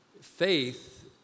faith